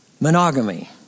monogamy